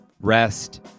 rest